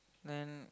then